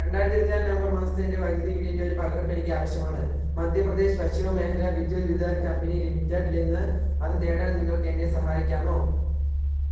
രണ്ടായിരത്തി ഇരുപത്തിനാല് നവംബർ മാസത്തെ എൻ്റെ വൈദ്യുതി ബില്ലിൻ്റെ ഒരു പകർപ്പ് എനിക്ക് ആവശ്യമാണ് മധ്യപ്രദേശ് പശ്ചിമ മേഖല വിദ്യുത് വിതാരൺ കമ്പനി ലിമിറ്റഡിൽ നിന്ന് അത് നേടാൻ നിങ്ങൾക്ക് എന്നെ സഹായിക്കാമോ